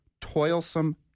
toilsome